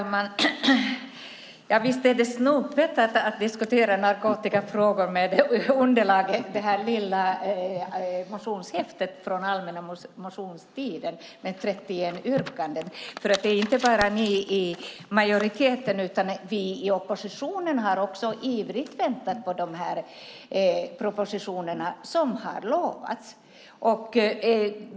Fru talman! Visst är det snopet att diskutera narkotikafrågor med det här lilla motionshäftet med 31 yrkanden från allmänna motionstiden som underlag. Det är inte bara ni i majoriteten utan också vi i oppositionen som ivrigt har väntat på de propositioner man har utlovat.